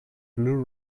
blu